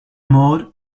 mode